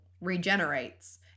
regenerates